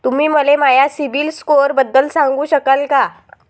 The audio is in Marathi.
तुम्ही मले माया सीबील स्कोअरबद्दल सांगू शकाल का?